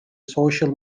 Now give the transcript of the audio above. social